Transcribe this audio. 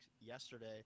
yesterday